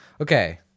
okay